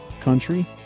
country